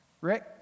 Rick